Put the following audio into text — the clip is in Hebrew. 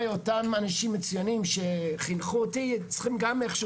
אותם אנשים מצוינים שחינכו אותי צריכים גם איך שהוא